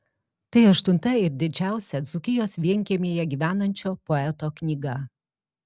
tai aštunta ir didžiausia dzūkijos vienkiemyje gyvenančio poeto knyga